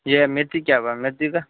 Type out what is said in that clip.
यह मेथी क्या भाव है मेथी का